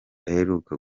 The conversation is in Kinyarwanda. aheruka